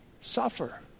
suffer